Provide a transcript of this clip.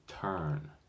turn